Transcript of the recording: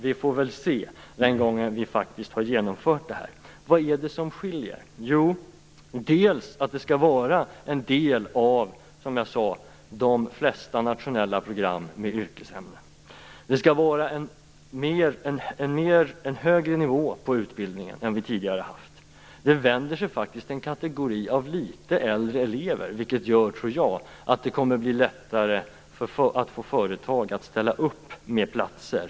Vi får väl se, den gång då vi faktiskt har genomfört det här. Vad är det som skiljer? Jo, det skall, som jag sade, handla om en del av de flesta nationella program med yrkesämne. Det skall vara en högre nivå på utbildningen än vad vi tidigare har haft. Utbildningen vänder sig faktiskt till en kategori av litet äldre elever, vilket, tror jag, gör att det kommer att bli lättare att få företag att ställa upp med platser.